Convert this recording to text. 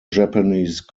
japanese